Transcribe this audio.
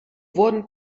wurden